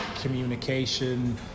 communication